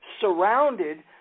surrounded